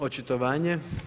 Očitovanje.